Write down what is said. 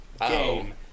game